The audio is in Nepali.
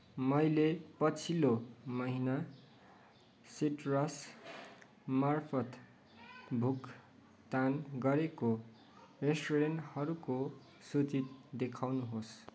मैले पछिल्लो महिना सिट्रस मार्फत् भुक्तान गरेको रेस्टुरेन्टहरूको सूची देखाउनुहोस्